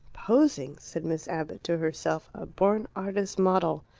posing! said miss abbott to herself. a born artist's model.